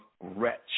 wretch